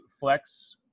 flex